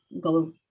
go